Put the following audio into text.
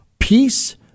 Peace